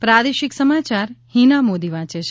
પ્રાદેશિક સમાયાર હીના મોદી વાંચે છે